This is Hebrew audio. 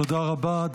תודה רבה.